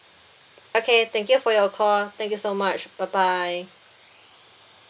okay thank you for your call thank you so much bye bye